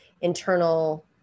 internal